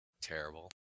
terrible